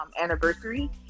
anniversary